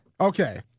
Okay